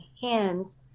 hands